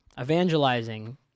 evangelizing